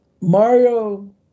Mario